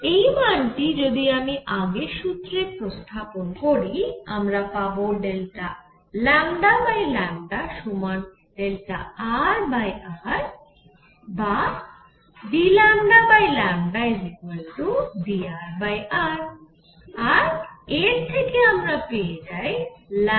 এই মানটি যদি আমি আগের সুত্রে প্রস্থাপন করি আমরা পাবো Δλ সমান Δrr বা dλdrr আর এর থেকে আমরা পেয়ে যাই rconstant